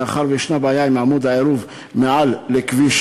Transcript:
מאחר שיש בעיה עם עמוד העירוב מעל כביש